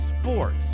sports